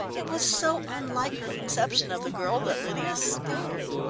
it was so unlike her conception of the girl, that lydia stared.